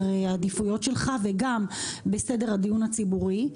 העדיפויות שלך וגם על סדר הדיון הציבורי.